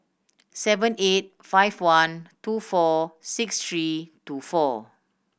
seven eight five one two four six three two four